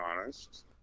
honest